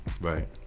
right